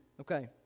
Okay